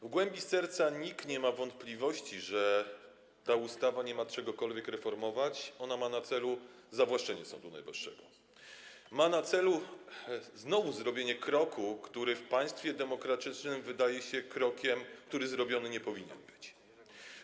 W głębi serca nikt nie ma wątpliwości, że ta ustawa nie ma czegokolwiek reformować, ona ma na celu zawłaszczenie Sądu Najwyższego, ma na celu znowu zrobienie kroku, który w państwie demokratycznym wydaje się krokiem, który nie powinien być zrobiony.